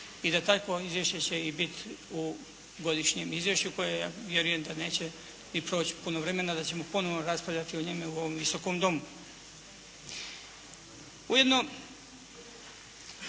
I da takvo izvješće će i biti u godišnjem izvješću, koje ja vjerujem da neće i proći puno vremena da ćemo ponovno raspravljati o njemu u ovom Visokom domu. Ujedno